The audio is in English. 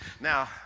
Now